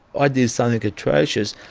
i did something atrocious,